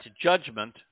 judgment